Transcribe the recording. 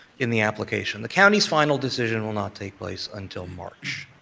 in the application. the county's final decision will not take place until march.